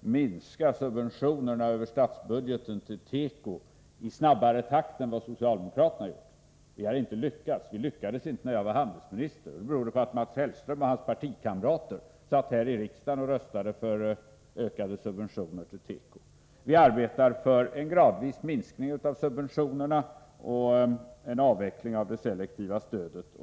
minska subventionerna över statsbudgeten till teko i snabbare takt än socialdemokraterna har gjort. Vi har inte lyckats. Vi lyckades inte när jag var handelsminister, bl.a. beroende på att Mats Hellström och hans partikamrater satt här i riksdagen och röstade för ökade subventioner till teko. Vi arbetar för en gradvis minskning av subventionerna och en avveckling av det selektiva stödet.